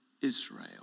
Israel